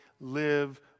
live